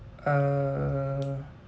uh